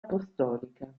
apostolica